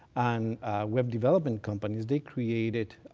and web development companies, they created,